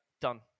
done